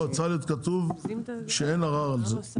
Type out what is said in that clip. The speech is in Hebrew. לא, צריך להיות כתוב שאין ערר על זה.